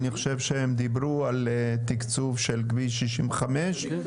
אני חושב שהם דיברו על תקצוב של כביש 65 בעדיפות.